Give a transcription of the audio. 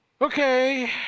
Okay